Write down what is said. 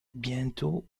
bientôt